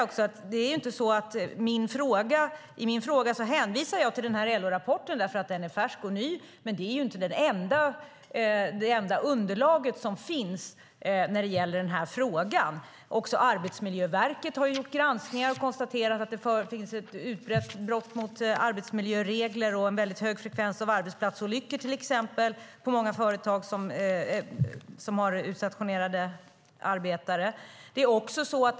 I min fråga hänvisar jag till LO-rapporten därför att den är färsk och ny, men den är inte det enda underlag som finns. Arbetsmiljöverket har gjort granskningar och till exempel konstaterat att det är utbrett med brott mot arbetsmiljöregler och att det är en väldigt hög frekvens av arbetsplatsolyckor på många företag som har utstationerade arbetare.